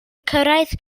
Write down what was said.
cyrraedd